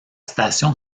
station